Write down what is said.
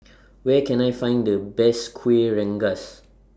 Where Can I Find The Best Kuih Rengas